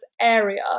area